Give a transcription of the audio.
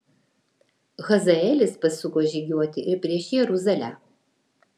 hazaelis pasuko žygiuoti ir prieš jeruzalę